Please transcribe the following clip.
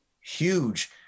huge